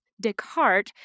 Descartes